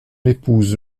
épouse